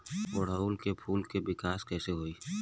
ओड़ुउल के फूल के विकास कैसे होई?